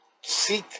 Seek